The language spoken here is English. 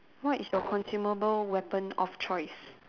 what is your consumable weapon of choice